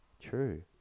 True